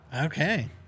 Okay